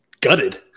Gutted